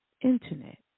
Internet